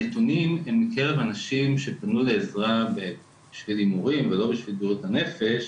הנתונים הם בקרב אנשים שפנו לעזרה בשביל הימורים ולא בשביל בריאות הנפש.